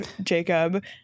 Jacob